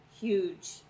huge